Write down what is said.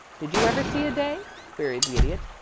did you ever see a day? queried the idiot.